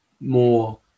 more